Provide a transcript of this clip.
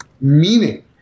meaning